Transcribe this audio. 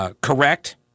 correct